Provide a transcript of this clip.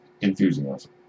enthusiasm